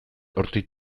hortik